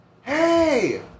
hey